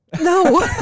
no